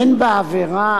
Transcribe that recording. אין בעבירה